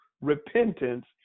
repentance